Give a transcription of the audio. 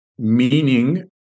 meaning